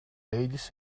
ladies